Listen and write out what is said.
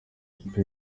ikipe